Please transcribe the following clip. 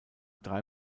drei